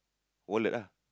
wallet ah